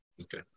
Okay